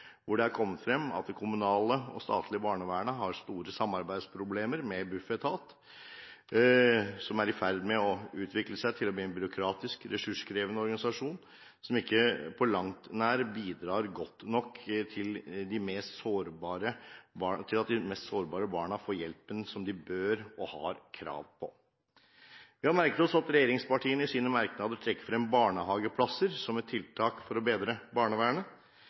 hvor det kommer frem at det kommunale og statlige barnevernet har store samarbeidsproblemer, og at Bufetat, Barne-, ungdoms- og familieetaten, er i ferd med å utvikle seg til en byråkratisk og ressurskrevende organisasjon som ikke på langt nær bidrar godt nok til at de mest sårbare barna får den hjelpen de bør ha og har krav på. Vi har merket oss at regjeringspartiene i sine merknader trekker frem barnehageplasser som et tiltak for å bedre barnevernet.